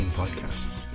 podcasts